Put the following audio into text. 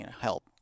help